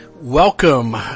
Welcome